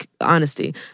honesty